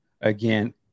again